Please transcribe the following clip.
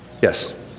Yes